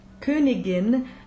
Königin